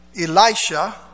Elisha